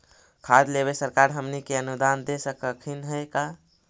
खाद लेबे सरकार हमनी के अनुदान दे सकखिन हे का?